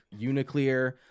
Uniclear